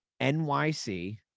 NYC